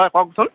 হয় কওকচোন